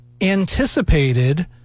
anticipated